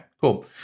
cool